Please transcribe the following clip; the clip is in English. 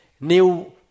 new